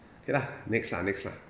okay lah next lah next lah